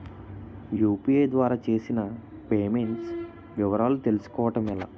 UPI ద్వారా చేసిన payments వివరాలు తెలుసుకోవటం ఎలా?